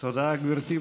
תודה, גברתי.